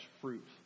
fruit